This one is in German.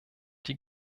die